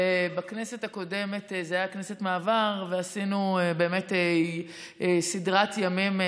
בכנסת הקודמת זו הייתה כנסת מעבר ועשינו סדרת ימים.